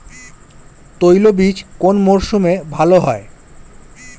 তৈলবীজ কোন মরশুমে ভাল হয়?